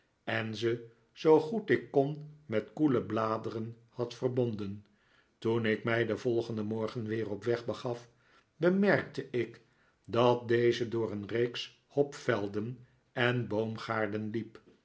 en ze zoo goed ik kon met koele bladeren had verbonden toen ik mij den volgenden morgen weer op weg begaf bemerkte ik dat deze door een reeks hopvelden en boomgaarden liep